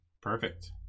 Perfect